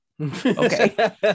Okay